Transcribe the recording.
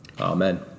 Amen